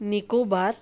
Nicobar